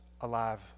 alive